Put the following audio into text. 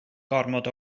gormod